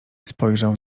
spojrzał